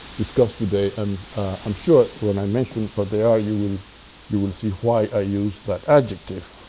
discuss today, and i'm sure when i mention what they are you will you will see why i use that adjective.